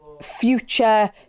future